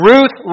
Ruth